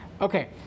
Okay